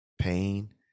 pain